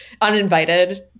Uninvited